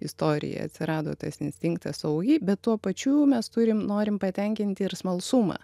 istoriją atsirado tas instinktas saugiai bet tuo pačiu mes turim norim patenkinti ir smalsumą